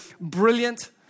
Brilliant